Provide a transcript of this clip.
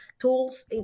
tools